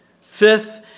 Fifth